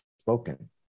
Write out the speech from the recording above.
spoken